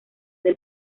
del